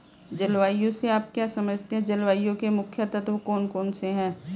जलवायु से आप क्या समझते हैं जलवायु के मुख्य तत्व कौन कौन से हैं?